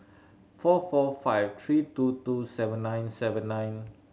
four four five three two two seven nine seven nine